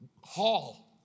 hall